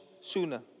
sooner